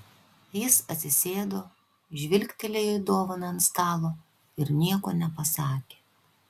jis atsisėdo žvilgtelėjo į dovaną ant stalo ir nieko nepasakė